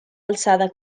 alçada